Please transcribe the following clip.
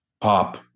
pop